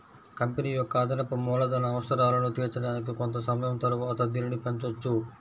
company యొక్క అదనపు మూలధన అవసరాలను తీర్చడానికి కొంత సమయం తరువాత దీనిని పెంచొచ్చు